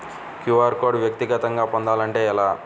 QR code వ్యక్తిగతంగా పొందాలంటే ఎలా?